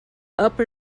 upper